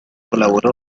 colaboró